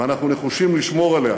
ואנחנו נחושים לשמור עליה,